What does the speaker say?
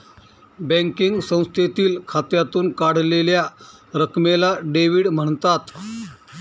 banking संस्थेतील खात्यातून काढलेल्या रकमेला डेव्हिड म्हणतात